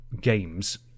games